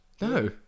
No